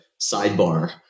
sidebar